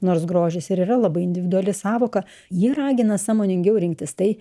nors grožis ir yra labai individuali sąvoka ji ragina sąmoningiau rinktis tai